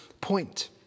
point